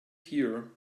here